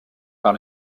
par